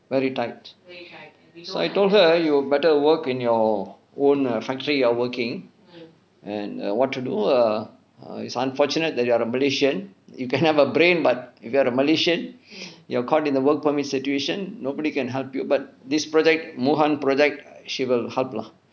very tight so I told her you better work in your own err factory you are working and what to do err err it's unfortunate that you are a malaysian you can have a brain but you're a malaysian you're caught in the work permit situation nobody can help you but this project mohan project she will help lah